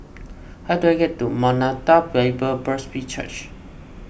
how do I get to Maranatha Bible Presby Church